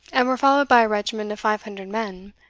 and were followed by a regiment of five hundred men,